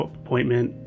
appointment